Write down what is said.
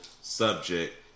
subject